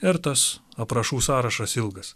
ir tas aprašų sąrašas ilgas